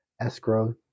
escrow